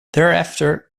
thereafter